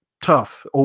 tough